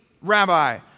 rabbi